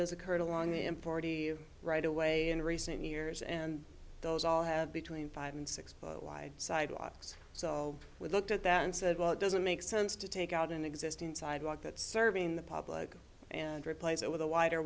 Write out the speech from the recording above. has occurred along the in forty right away in recent years and those all have between five and six wide sidewalks so we looked at that and said well it doesn't make sense to take out an existing sidewalk that's serving the public and replace it with a wider